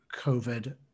COVID